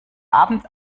abend